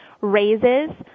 raises